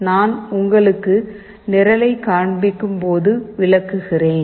நான் உங்களுக்கு நிரலை காண்பிக்கும் போது விளக்குகிறேன்